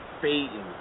fading